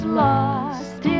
lost